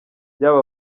yaba